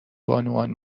بانوان